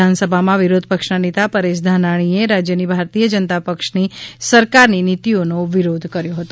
વિધાનસભામાં વિરોધ પક્ષનાં નેતા પરેશ ધાનાણીએ રાજ્યની ભારતીય જનતા પક્ષની સરકારની નીતીઓનો વિરોધ કર્યો હતો